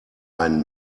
einen